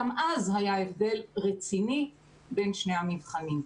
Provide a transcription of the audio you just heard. גם אז היה 'הבדל רציני בין שני המבחנים.